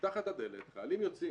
נפתחת הדלת, החיילים יוצאים.